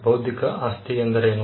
ಬೌದ್ಧಿಕ ಆಸ್ತಿ ಎಂದರೇನು